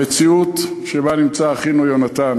המציאות שבה נמצא אחינו יונתן